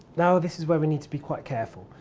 now, this is where we need to be quite careful.